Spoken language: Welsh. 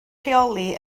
rheoli